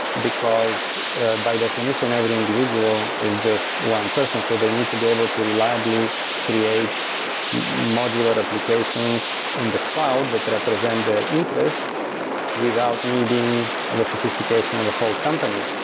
because by definition, every individual is just one person. so they need to be able to reliably create modular applications in the cloud that represent their interests without needing ah the sophistication of a whole company.